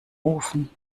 ofen